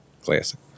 Classic